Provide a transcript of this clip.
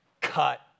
cut